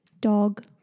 Dog